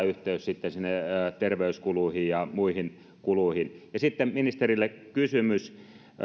yhteys sitten sinne terveyskuluihin ja muihin kuluihin sitten ministerille kysymys